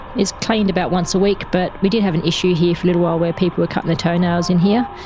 it's cleaned about once a week, but we did have an issue here for a little while where people were cutting their toenails in here.